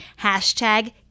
hashtag